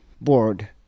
board